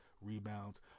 rebounds